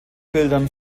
bildern